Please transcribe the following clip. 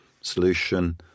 Solution